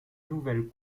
nouvelles